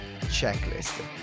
checklist